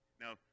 Now